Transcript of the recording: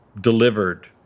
delivered